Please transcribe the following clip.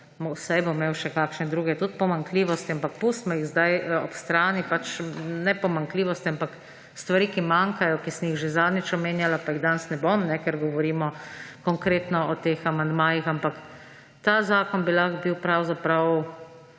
Saj bo imel še kakšne druge tudi pomanjkljivosti, ampak pustimo jih zdaj ob strani. Ne pomanjkljivosti, ampak stvari, ki manjkajo, ki sem jih že zadnjič omenjala, pa jih danes ne bom, ker govorimo konkretno o teh amandmajih. Ta zakon bil lahko bil pravzaprav